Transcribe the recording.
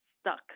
stuck